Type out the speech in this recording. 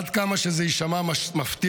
עד כמה שזה יישמע מפתיע,